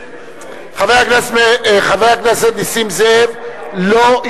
המשותפת, לגבי תקציב הביטחון, וכל כך למה?